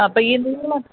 ആ അപ്പം ഈ നീളം